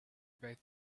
about